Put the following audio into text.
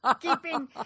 keeping